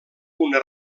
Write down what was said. una